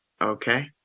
Okay